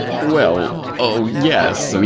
well, oh yes. i mean